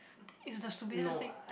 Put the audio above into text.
think is the stupidest thing